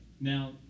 Now